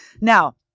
Now